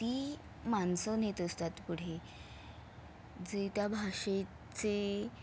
ती माणसं नेत असतात पुढे जे त्या भाषेचे